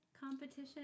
competition